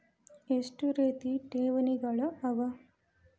ಎಷ್ಟ ರೇತಿ ಠೇವಣಿಗಳ ಅವ?